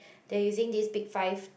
they using this big five